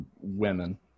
women